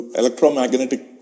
electromagnetic